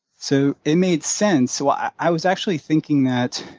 so it made sense. so i was actually thinking that,